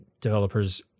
Developers